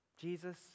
Jesus